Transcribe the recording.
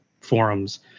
forums